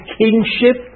kingship